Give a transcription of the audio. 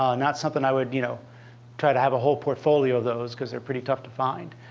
um not something i would you know try to have a whole portfolio of those, because they're pretty tough to find.